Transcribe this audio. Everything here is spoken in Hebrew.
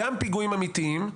גם פיגועים אמיתיים,